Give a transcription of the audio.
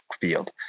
field